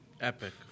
Epic